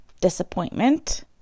disappointment